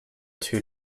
two